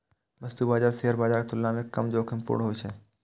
वस्तु बाजार शेयर बाजारक तुलना मे कम जोखिमपूर्ण होइ छै